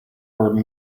were